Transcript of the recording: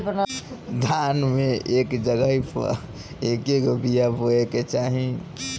धान मे एक जगही पर कएगो बिया रोपे के चाही?